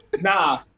nah